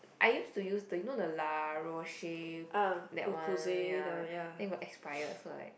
I used to use the you know La Roche that one ya then got expired so like